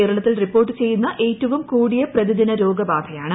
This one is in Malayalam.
കേരളത്തിൽ റിപ്പോർട്ട് ചെയ്യുന്ന ഏറ്റവും കൂടിയ പ്രതിദിന രോഗബാധയാണ്